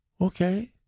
okay